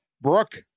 Brooke